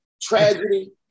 tragedy